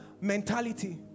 mentality